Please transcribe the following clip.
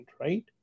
right